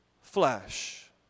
flesh